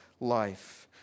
life